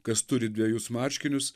kas turi dvejus marškinius